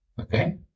Okay